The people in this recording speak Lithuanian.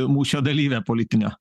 mūšio dalyvė politinio